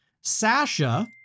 Sasha